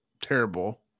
terrible